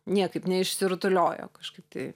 niekaip neišsirutuliojo kažkaip tai